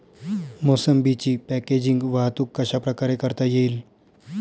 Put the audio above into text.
मोसंबीची पॅकेजिंग वाहतूक कशाप्रकारे करता येईल?